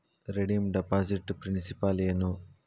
redeem deposit principal ಏನು